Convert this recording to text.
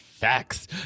facts